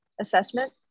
assessment